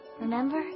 remember